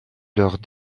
leurs